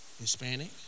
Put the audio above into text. Hispanic